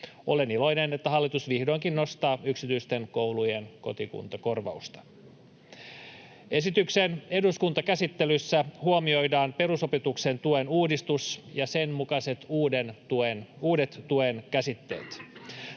Olen iloinen, että hallitus vihdoinkin nostaa yksityisten koulujen kotikuntakorvausta. Esityksen eduskuntakäsittelyssä huomioidaan perusopetuksen tuen uudistus ja sen mukaiset uudet tuen käsitteet.